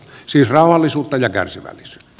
siis rauhallisuutta ja kärsivällisyyttä